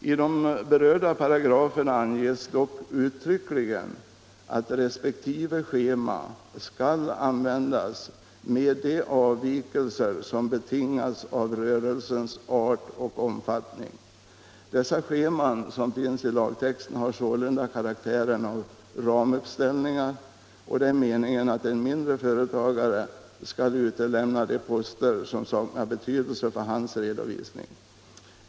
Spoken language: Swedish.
I de berörda paragraferna anges dock uttryckligen att resp. schema skall användas med de avvikelser som betingas av rörelsens art och omfattning. Dessa scheman som finns i lagtexten har sålunda karaktären av ramuppställningar, och det är meningen att en mindre företagare skall utelämna de poster som saknar betydelse för hans redovisning.